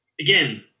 again